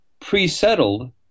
pre-settled